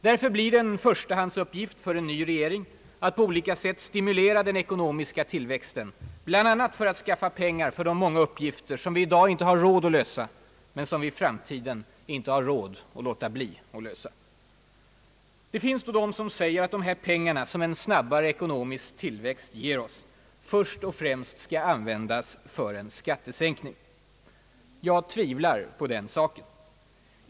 Därför blir det en förstahandsuppgift för en ny regering att på olika sätt stimulera den ekonomiska tillväxten, bl.a. för att skaffa pengar till de många uppgifter som vi i dag inte har råd att lösa, men som vi i framtiden inte har råd att låta bli att lösa. Det finns de som säger att de pengar, som en snabbare ekonomisk tillväxt ger oss, först och främst skall användas för en skattesänkning. Jag tvivlar på det.